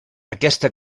aquesta